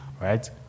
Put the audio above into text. right